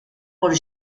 por